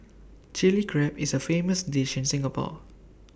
Chilli Crab is A famous dish in Singapore